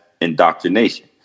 indoctrination